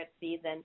season